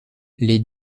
les